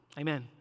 amen